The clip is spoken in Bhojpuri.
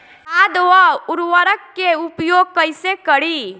खाद व उर्वरक के उपयोग कइसे करी?